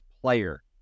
player